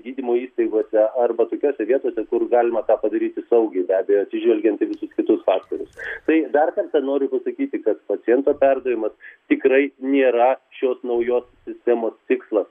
gydymo įstaigose arba tokiose vietose kur galima tą padaryti saugiai be abejo atsižvelgiant į visus kitus faktorius tai dar kartą noriu pasakyti kad paciento perdavimas tikrai nėra šios naujos sistemos tikslas